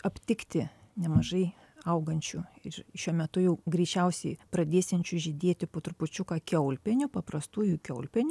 aptikti nemažai augančių ir šiuo metu jau greičiausiai pradėsiančių žydėti po trupučiuką kiaulpienių paprastųjų kiaulpienių